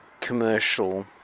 commercial